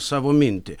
savo mintį